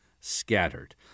scattered